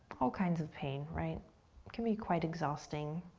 all kinds of pain, right? it can be quite exhausting.